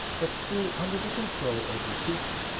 but still under the control of the teacher.